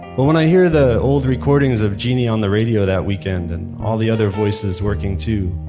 but when i hear the old recordings of genie on the radio that weekend and all the other voices working too,